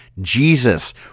Jesus